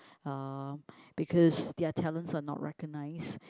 uh because their talents are not recognised